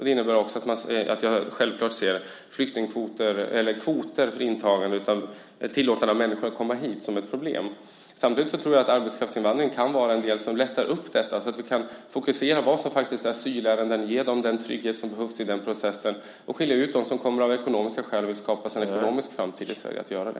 Det innebär självklart att jag ser kvoter för tillåtande av människor att komma hit som ett problem. Samtidigt tror jag att arbetskraftsinvandring kan vara något som lättar upp detta så att vi kan fokusera på vad som är asylärenden och ge dem den trygghet som behövs i den processen, och skilja ut dem som kommer av ekonomiska skäl och vill skapa sig en ekonomisk framtid i Sverige.